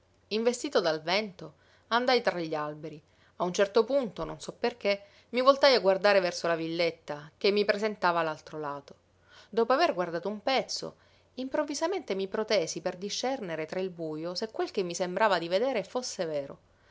investito dal vento andai tra gli alberi a un certo punto non so perché mi voltai a guardare verso la villetta che mi presentava l'altro lato dopo aver guardato un pezzo improvvisamente mi protesi per discernere tra il bujo se quel che mi sembrava di vedere fosse vero